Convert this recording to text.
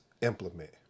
implement